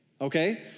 Okay